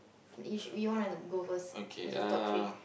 you should you want to go first for the top three